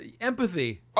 empathy